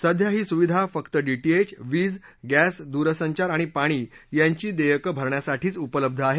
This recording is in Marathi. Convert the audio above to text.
सध्या ही सुविधा फक्त डीटीएच वीज गॅस दुरसंचार आणि पाणी यांची देयकं भरण्यासाठीच उपलब्ध आहे